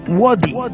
worthy